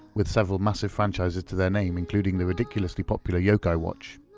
with several massive franchises to their name, including the ridiculously popular yokai watch.